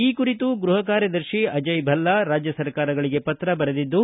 ಈ ಕುರಿತು ಕೇಂದ್ರ ಗೃಹ ಕಾರ್ಯದರ್ತಿ ಅಜಯ ಭಲ್ಲಾ ರಾಜ್ಯ ಸರ್ಕಾರಗಳಿಗೆ ಪತ್ರ ಬರೆದಿದ್ದು